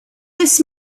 this